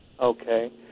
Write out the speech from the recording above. Okay